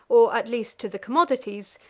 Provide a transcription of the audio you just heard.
or at least to the commodities,